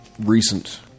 recent